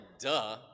duh